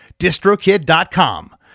DistroKid.com